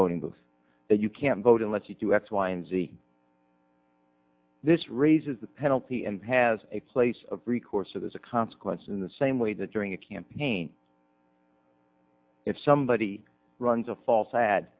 voting booth that you can't vote unless you do x y and z this raises the penalty and has a place of recourse or there's a consequence in the same way that during a campaign if somebody runs a false